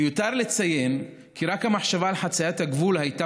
מיותר לציין כי רק המחשבה על חציית הגבול הייתה